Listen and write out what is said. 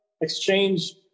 exchange